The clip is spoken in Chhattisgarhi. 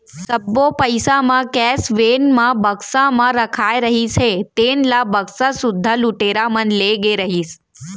सब्बो पइसा म कैस वेन म बक्सा म रखाए रहिस हे तेन ल बक्सा सुद्धा लुटेरा मन ले गे रहिस